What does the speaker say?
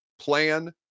plan